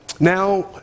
Now